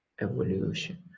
evolution